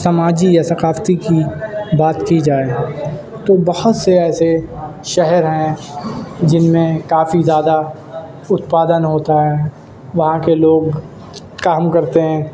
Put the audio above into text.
سماجی یا ثقافتی کی بات کی جائے تو بہت سے ایسے شہر ہیں جن میں کافی زیادہ اتپادن ہوتا ہے وہاں کے لوگ کام کرتے ہیں